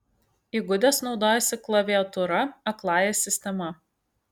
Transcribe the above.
įgudęs naudojasi klaviatūra akląja sistema